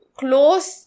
close